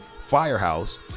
firehouse